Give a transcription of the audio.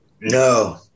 No